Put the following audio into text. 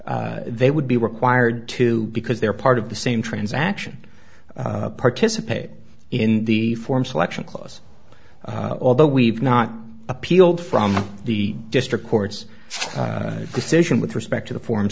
farah they would be required to because they are part of the same transaction participate in the form selection clause although we've not appealed from the district court's decision with respect to the form